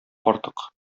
артык